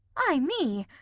ay me,